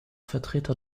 vertreter